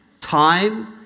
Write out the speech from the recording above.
time